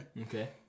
Okay